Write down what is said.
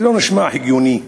לא נשמע הגיוני,